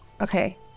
Okay